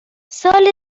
سال